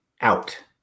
out